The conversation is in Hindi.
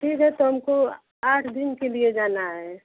ठीक है तो हमको आठ दिन के लिए जाना है